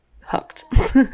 hooked